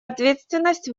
ответственность